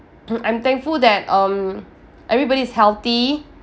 I'm thankful that um everybody is healthy